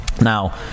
Now